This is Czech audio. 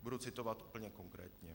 Budu citovat úplně konkrétně.